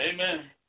Amen